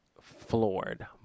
floored